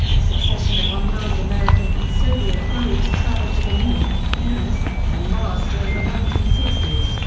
a succession of unmanned american and soviet probes traveled to the moon, venus and mars during the nineteen sixty s,